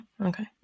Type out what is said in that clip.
Okay